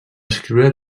escriure